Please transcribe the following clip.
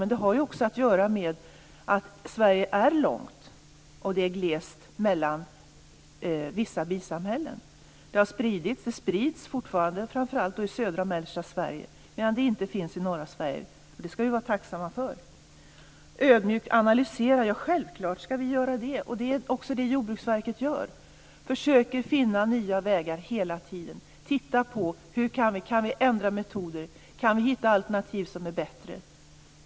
Men det har ju också att göra med att Sverige är långt och att det är glest mellan vissa bisamhällen. Det sprids fortfarande, framför allt i södra och mellersta Sverige, medan det inte finns i norra Sverige. Och det ska vi vara tacksamma för. Självfallet ska vi ödmjukt analysera, och det är också det Jordbruksverket gör. Man försöker finna nya vägar hela tiden. Man tittar på om man kan ändra metoder, om man kan hitta alternativ som är bättre.